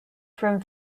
from